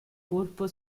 colpo